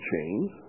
chains